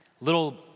little